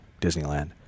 Disneyland